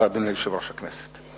אדוני יושב-ראש הכנסת,